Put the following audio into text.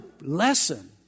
lesson